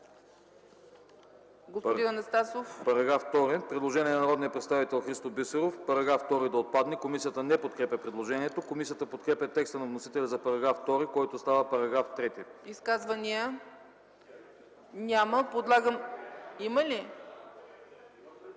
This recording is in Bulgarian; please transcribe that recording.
Изказвания? Няма. Подлагам на